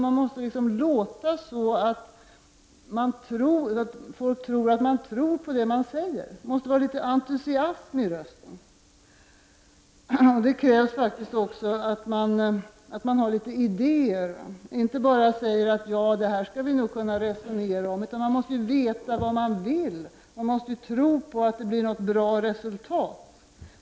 Man måste låta så att folk känner att man tror på det man säger, det måste vara litet entusiasm i rösten. Det krävs faktiskt också att man har litet idéer och inte bara säger att ”det här skall vi nog kunna resonera om”. Man måste veta vad man vill, man måste tro på att det blir något bra resultat.